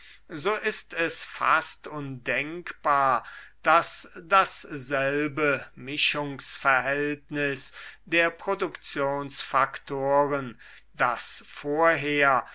so ist es fast undenkbar daß dasselbe mischungsverhältnis der produktionsfaktoren das vorher